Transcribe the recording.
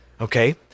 okay